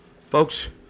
Folks